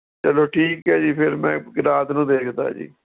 ਚੱਲੋ ਠੀਕ ਹੈ ਜੀ ਫਿਰ ਮੈਂ ਰਾਤ ਨੂੰ ਦੇਖਦਾ ਜੀ